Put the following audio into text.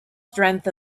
strength